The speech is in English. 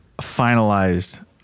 finalized